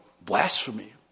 blasphemy